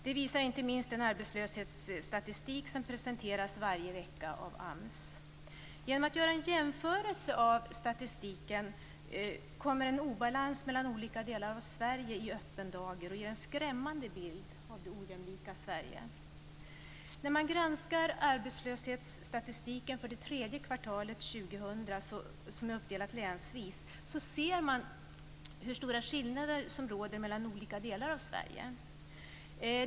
Det visar inte minst den arbetslöshetsstatistik som presenteras varje vecka av AMS. Genom att man gör en jämförelse av statistiken kommer en obalans mellan olika delar av Sverige i öppen dager, och det ger en skrämmande bild av det ojämlika Sverige. När man granskar arbetslöshetsstatistiken för det tredje kvartalet 2000, som är uppdelat länsvis, ser man hur stora skillnader som råder mellan olika delar av Sverige.